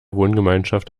wohngemeinschaft